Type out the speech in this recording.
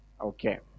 Okay